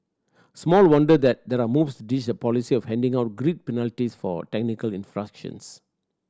small wonder that there are moves to ditch the policy of handing out grid penalties for technical infractions